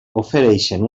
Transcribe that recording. ofereixen